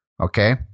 Okay